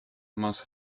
must